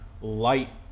light